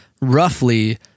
roughly